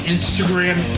Instagram